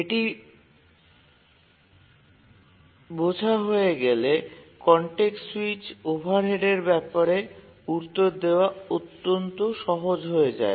এটি বোঝার হয়ে গেলে কনটেক্সট সুইচ ওভারহেডের ব্যাপারে উত্তর দেওয়া অত্যন্ত সহজ হয়ে যায়